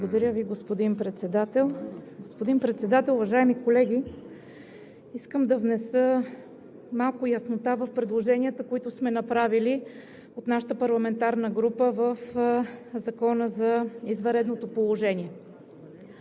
Благодаря Ви, господин Председател. Господин Председател, уважаеми колеги! Искам да внеса малко яснота в предложенията, които сме направили от нашата парламентарна група в Закона за извънредното положение.